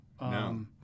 No